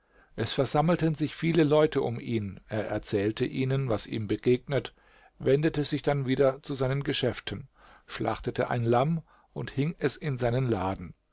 es versammelten sich viele leute um ihn er erzählte ihnen was ihm begegnet wendete sich dann wieder zu seinen geschäften schlachtete ein lamm und hing es in seinen laden